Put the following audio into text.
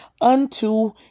unto